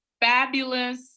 fabulous